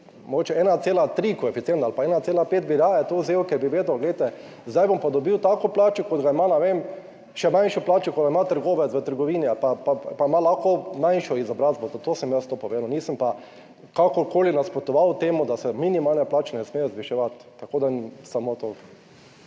koeficient 1,3 ali pa 1,5, bi raje to vzel, ker bi vedel, zdaj bom pa dobil tako plačo, kot jo ima, ne vem, še manjšo plačo kot jo ima trgovec v trgovini in lahko ima nižjo izobrazbo. Zato sem jaz to povedal. Nisem pa kakorkoli nasprotoval temu, da se minimalne plače ne smejo zviševati. Samo toliko.